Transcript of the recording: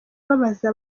babaza